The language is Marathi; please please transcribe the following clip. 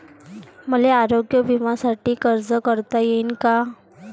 मले आरोग्य बिम्यासाठी अर्ज करता येईन का?